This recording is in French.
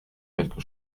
quelque